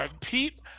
Pete